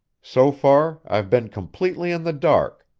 so far i've been completely in the dark.